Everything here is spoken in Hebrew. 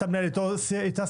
אתה מנהל איתה שיח,